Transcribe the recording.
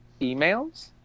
emails